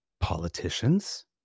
politicians